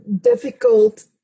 difficult